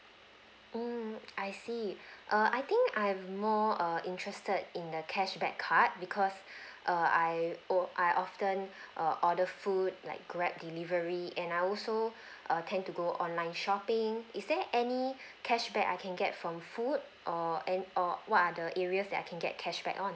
mm I see err I think I'm more err interested in the cashback card because err I or~ I often err order food like grab delivery and I also err tend to go online shopping is there any cashback I can get from food or and or what are the areas that I can get cashback on